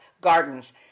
gardens